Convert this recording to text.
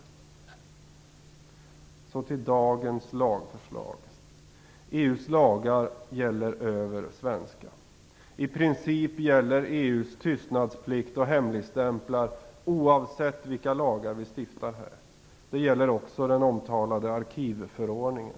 Så går jag över till dagens lagförslag. EU:s lagar gäller över svenska. I princip gäller EU:s tystnadsplikt och hemligstämplar oavsett vilka lagar vi stiftar här. Det gäller också den omtalade arkivförordningen.